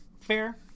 Fair